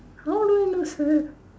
how do I know sir